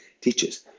teachers